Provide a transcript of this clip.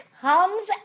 comes